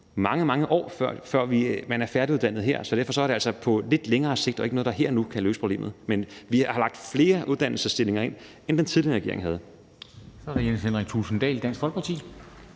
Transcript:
mange, mange år, før man er færdiguddannet her, så derfor er det altså på lidt længere sigt og ikke noget, der her og nu kan løse problemet. Men vi har lagt flere uddannelsesstillinger ind, end den tidligere regering havde. Kl. 15:50 Formanden (Henrik